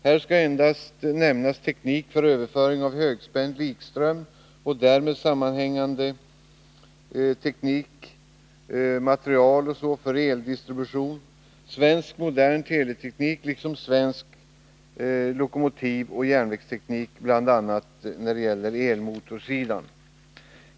Här skall nämnas endast teknik för överföring av högspänd likström och därmed sammanhängande materiel o. d. för eldistribution samt svensk modern teleteknik, liksom svensk lokomotivoch järnvägsteknik, bl.a. på elmotorsidan.